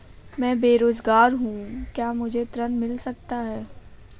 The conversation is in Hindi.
मैं बेरोजगार हूँ क्या मुझे ऋण मिल सकता है?